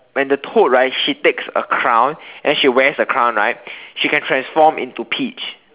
when the toad right she takes a crown she wears the crown right she can transform into Peach